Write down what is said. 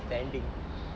standing